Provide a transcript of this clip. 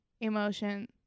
emotion